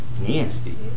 Nasty